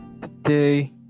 today